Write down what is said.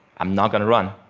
i'm not going to run.